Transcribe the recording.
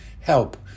Help